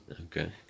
Okay